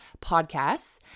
Podcasts